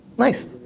nice,